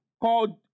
called